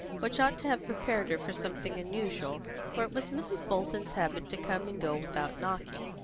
which ought to have prepared her for something unusual, for it was mrs. bolton's habit to come and go without knocking.